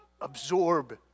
absorb